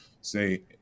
say